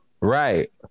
Right